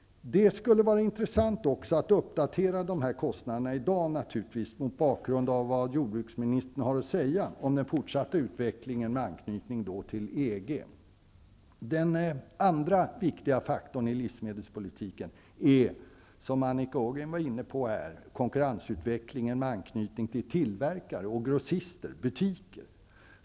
Det skulle naturligtvis också vara intressant att i dag uppdatera de här kostnaderna mot bakgrund av vad jordbruksministern har att säga om den fortsatta utvecklingen med anknytning till EG. Den andra viktiga faktorn i livsmedelspolitiken är, som Annika Åhnberg var inne på, konkurrensutvecklingen med anknytning till tillverkare, grossister och butiker.